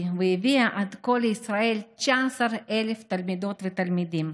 והביאה עד כה לישראל 19,000 תלמידות ותלמידים.